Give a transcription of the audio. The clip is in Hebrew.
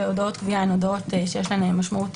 שהודעות גבייה הן הודעות שיש להן משמעות